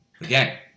again